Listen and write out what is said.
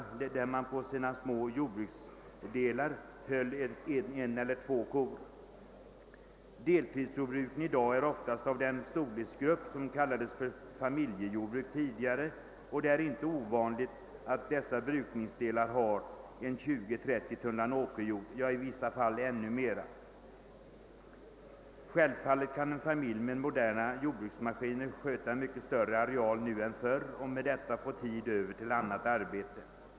Där höll man på sina små jordbruksdelar en eller två kor. Deltidsjordbruket i dag är oftast av den storleksgrupp, som tidigare kallades familjejordbruk, och det är inte ovanligt att dessa brukningsdelar har 20 till 30 tunnland åkerjord, ja, i vissa fall ännu mera. Självfallet kan en familj med moderna jordbruksmaskiner sköta en mycket större areal nu än förr och därigenom få tid över till annat arbete.